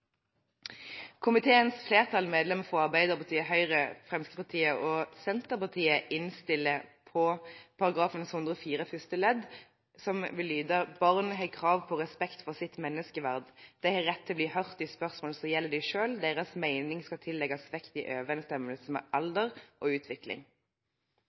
Komiteens flertall, medlemmene fra Arbeiderpartiet, Høyre, Fremskrittspartiet og Senterpartiet innstiller på ny § 104 første ledd alternativ 1 B, som vil lyde: «Barn har krav på respekt for sitt menneskeverd. De har rett til å bli hørt i spørsmål som gjelder dem selv, og deres mening skal tillegges vekt i overensstemmelse med